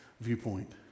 viewpoint